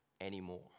anymore